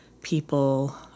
people